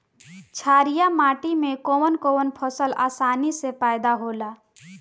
छारिया माटी मे कवन कवन फसल आसानी से पैदा होला?